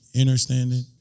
understanding